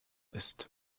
ist